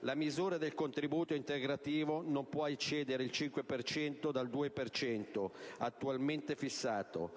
La misura del contributo integrativo non può eccedere il 5 per cento dal 2 per cento attualmente fissato.